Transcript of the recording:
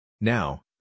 Now